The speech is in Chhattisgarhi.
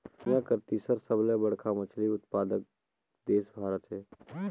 दुनिया कर तीसर सबले बड़खा मछली उत्पादक देश भारत हे